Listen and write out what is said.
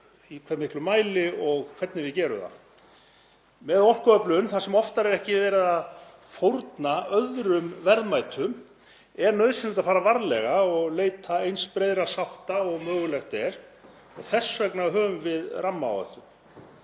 í hve miklum mæli og hvernig við gerum það. Með orkuöflun, þar sem oftar en ekki er verið að fórna öðrum verðmætum, er nauðsynlegt að fara varlega og leita eins breiðrar sáttar og mögulegt er. Þess vegna höfum við rammaáætlun.